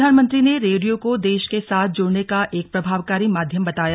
प्रधानमंत्री ने रेडियो को देश के साथ जुड़ने का एक प्रभावकारी माध्यम बताया